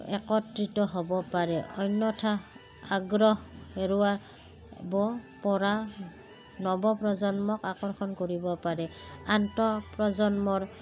একত্ৰিত হ'ব পাৰে অন্যথা আগ্ৰহ হেৰুৱাবপৰা নৱ প্ৰ্ৰজন্মক আকৰ্ষণ কৰিব পাৰে আন্তঃ প্ৰজন্মৰ